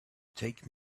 take